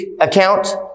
account